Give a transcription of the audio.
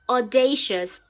Audacious